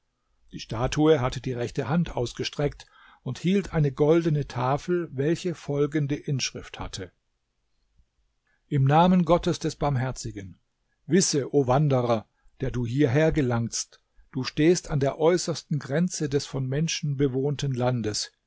die statue hatte die rechte hand ausgestreckt und hielt eine goldene tafel welche folgende inschrift hatte im namen gottes des barmherzigen wisse o wanderer der du hierher gelangst du stehst an der äußersten grenze des von menschen bewohnten landes